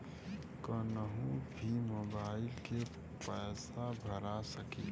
कन्हू भी मोबाइल के पैसा भरा सकीला?